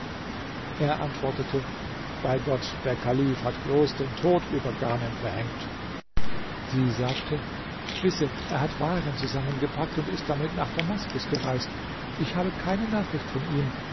er antwortete bei gott der kalif hat bloß den tod über ghanem verhängt sie sagte wisse er hat waren zusammengepackt und ist damit nach damaskus gereist ich habe keine nachricht von ihm